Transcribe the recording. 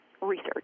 research